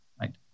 right